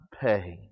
pay